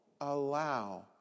allow